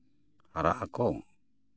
ᱦᱟᱨᱟᱜ ᱟᱠᱚ